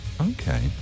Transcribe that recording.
Okay